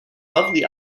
lovely